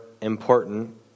important